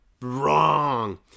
wrong